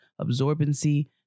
absorbency